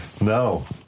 No